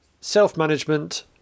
self-management